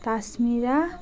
Tasmira